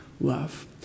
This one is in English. love